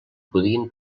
podien